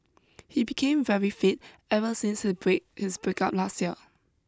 he became very fit ever since his break his breakup last year